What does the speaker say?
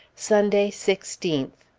sunday, sixteenth.